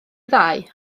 ddau